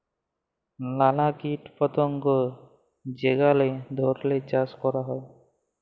ম্যালা কীট পতঙ্গ যেগলা ধ্যইরে চাষ ক্যরা হ্যয়